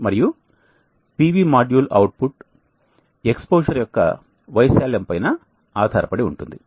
మరియు PV module output exposure యొక్క వైశాల్యం పైన ఆధారపడి ఉంటుంది